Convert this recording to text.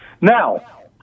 Now